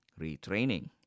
retraining